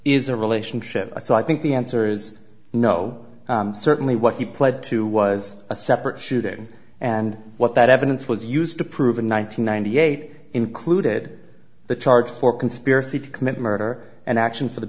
is a relationship so i think the answer is no certainly what he pled to was a separate shooting and what that evidence was used to prove in one nine hundred ninety eight included the charge for conspiracy to commit murder and actions for the